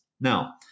Now